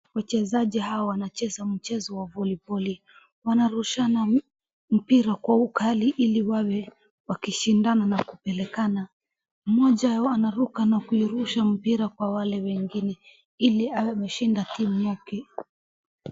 Wachezaji hawa wanacheza mchezo wa voliboli. Wanarushiana mpira kwa ukali ili wawe wakishindana na kupelekana. Mmoja anaruka na kuurusha mpira kwa wale wengine ili awe ameshinda timu yake.